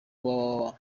www